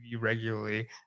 regularly